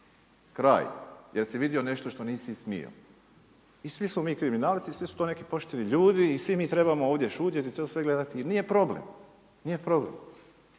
kraj jer si vidio nešto što nisi smio. I svi smo mi kriminalci, svi su to neki pošteni ljudi i svi mi trebamo ovdje šutjeti i to sve gledati i nije problem.